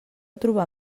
trobar